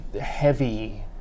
heavy